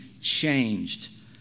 changed